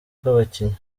bw’abakinnyi